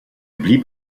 blieb